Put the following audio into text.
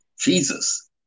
Jesus